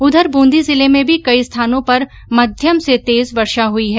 उधर ब्रंदी जिले में भी कई स्थानों पर मध्यम से तेज वर्षा हई है